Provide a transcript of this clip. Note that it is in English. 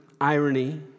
irony